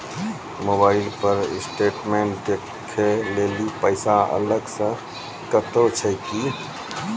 Mobile पर statement देखे लेली पैसा अलग से कतो छै की?